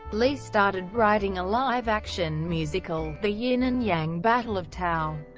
lee started writing a live-action musical, the yin and yang battle of tao.